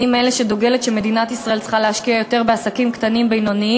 אני מאלה שדוגלים שמדינת ישראל צריכה להשקיע יותר בעסקים קטנים,